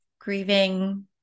grieving